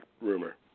rumor